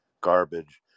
garbage